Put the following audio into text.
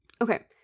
Okay